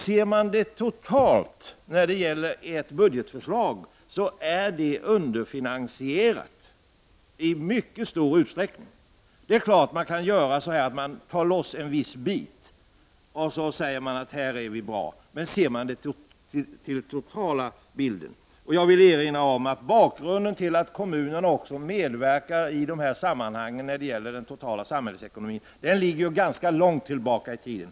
Ser man till ert totala budgetförslag är det underfinansierat i mycket stor utsträckning. Det är klart att man kan ta loss en viss bit och sedan säga: Här är vi bra. Men man måste se till den totala bilden. Jag vill erinra om att bakgrunden till att kommunerna medverkar i dessa sammanhang när det gäller den totala samhällsekonomin ligger ganska långt tillbaka i tiden.